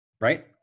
right